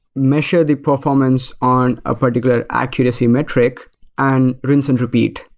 measure the performance on a particular accuracy metric and rinse and repeat.